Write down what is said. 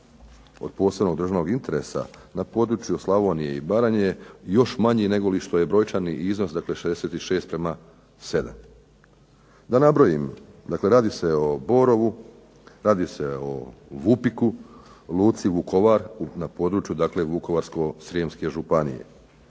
od posebnog državnog interesa na području Slavonije i Baranje još manji negoli je brojčani iznos dakle 66 prema 7. Dakle da nabrojim, radi se o Borovu, radi se o Vupiku, Luci Vukovar, na području Vukovarsko-srijemske županije.